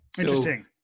Interesting